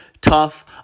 tough